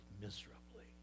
miserably